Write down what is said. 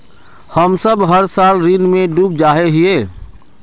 हम सब हर साल ऋण में डूब जाए हीये?